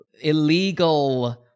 illegal